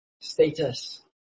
status